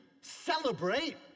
celebrate